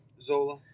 Zola